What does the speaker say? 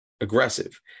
aggressive